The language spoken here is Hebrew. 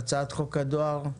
הצעת חוק הדואר,